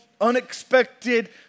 unexpected